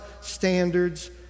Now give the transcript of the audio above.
standards